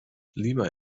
lima